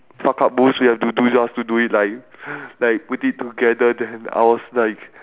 fuck up bullshit we have to do just to do it like like we did together then I was like